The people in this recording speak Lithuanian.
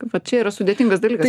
va čia yra sudėtingas dalykas